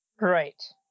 Right